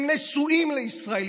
הם נשואים לישראלים,